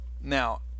Now